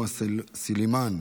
חברת הכנסת עאידה תומא סלימאן,